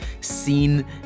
seen